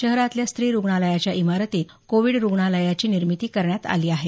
शहरातल्या स्त्री रुग्णालयाच्या इमारतीत कोविड रुग्णालयाची निर्मिती करण्यात आली आहे